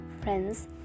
friends